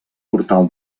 portal